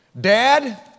Dad